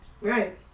right